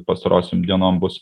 pastarosiom dienom bus